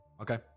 Okay